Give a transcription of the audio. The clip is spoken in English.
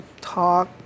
talk